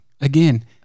again